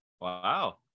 Wow